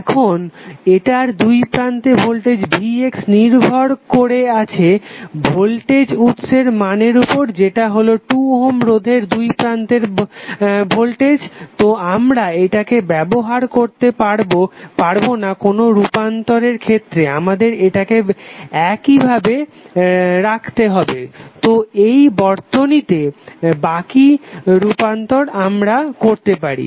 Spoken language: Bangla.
এখন এটার দুইপ্রান্তে ভোল্টেজ vx নির্ভর করে আছে ভোল্টেজ উৎসের মানের উপর যেটা হলো 2 ওহম রোধের দুইপ্রান্তে ভোল্টেজ তো আমরা এটাকে ব্যবহার করতে পারবো না কোনো রুপান্তরের ক্ষেত্রে আমাদের এটাকে এইভাবেই রাখতে হবে এটা এই বর্তনীতে বাকি রূপান্তর আমরা করতে পারি